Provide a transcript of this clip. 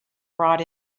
brought